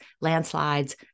landslides